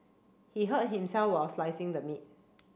he hurt himself while slicing the meat